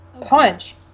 Punch